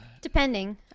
Depending